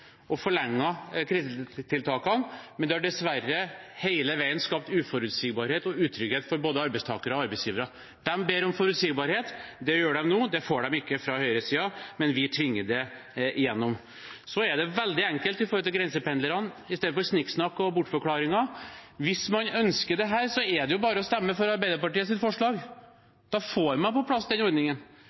krisetiltakene, men det har dessverre hele veien skapt uforutsigbarhet og utrygghet for både arbeidstakere og arbeidsgivere. De ber om forutsigbarhet. Det gjør de nå. Det får de ikke fra høyresiden, men vi tvinger det igjennom. Så er det veldig enkelt når det gjelder grensependlerne, i stedet for snikksnakk og bortforklaringer: Hvis man ønsker dette, er det jo bare å stemme for Arbeiderpartiets forslag. Da får man på plass den ordningen.